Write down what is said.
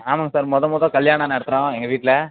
ஆமாம் சார் மொதோல் மொதோல் கல்யாணம் நடத்துறோம் எங்கள் வீட்டில்